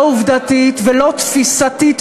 לא עובדתית ולא תפיסתית,